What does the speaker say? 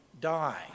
die